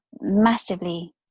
massively